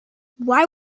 why